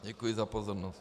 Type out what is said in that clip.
Děkuji za pozornost.